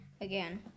again